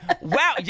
Wow